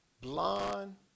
blonde